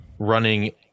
running